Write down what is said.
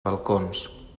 balcons